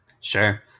Sure